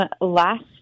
last